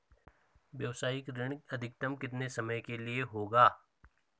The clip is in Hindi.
व्यावसायिक ऋण अधिकतम कितने समय के लिए होगा?